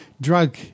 drug